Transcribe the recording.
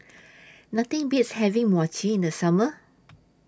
Nothing Beats having Mochi in The Summer